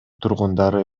тургундары